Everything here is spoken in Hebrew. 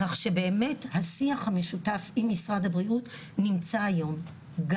כך שבאמת השיח המשותף עם משרד הבריאות נמצא היום גם